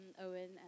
Owen